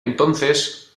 entonces